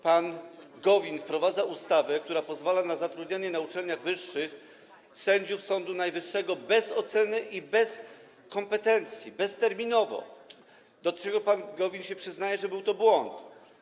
Pan Gowin wprowadza ustawę, która pozwala na zatrudnianie na uczelniach wyższych sędziów Sądu Najwyższego bez oceny i bez kompetencji bezterminowo, przy czym pan Gowin się przyznaje do tego, że był to błąd.